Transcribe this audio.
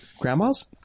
Grandma's